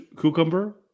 cucumber